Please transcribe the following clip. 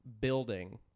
building